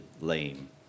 lame